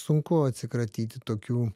sunku atsikratyti tokių